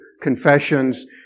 confessions